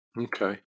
Okay